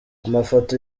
amafoto